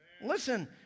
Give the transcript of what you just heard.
Listen